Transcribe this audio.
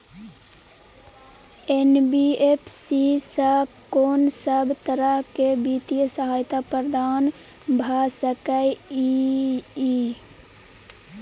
NBFC स कोन सब तरह के वित्तीय सहायता प्रदान भ सके इ? इ